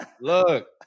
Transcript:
look